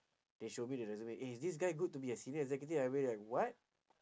they show me the resume eh is this guy good to be a senior executive I went like what